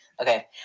Okay